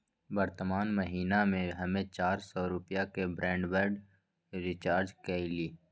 वर्तमान महीना में हम्मे चार सौ रुपया के ब्राडबैंड रीचार्ज कईली